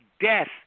Death